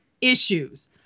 issues